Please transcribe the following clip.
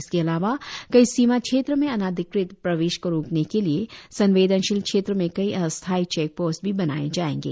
इसके अलावा कई सीमा क्षेत्र में अनाधिकृत प्रवेश को रोकने के लिए संवेदनशील क्षेत्रों में कई अस्थायी चेक पोस्ट भी बनाए जायेंगे